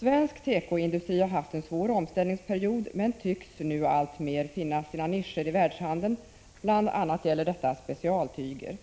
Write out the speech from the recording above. Svensk tekoindustri har haft en svår omställningsperiod men tycks nu alltmer finna sina nischer i världshandeln. BI. a. gäller detta specialtyger.